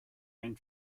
and